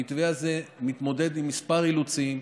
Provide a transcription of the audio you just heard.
המתווה הזה מתמודד עם כמה אילוצים,